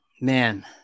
man